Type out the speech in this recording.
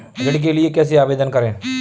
ऋण के लिए कैसे आवेदन करें?